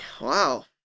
wow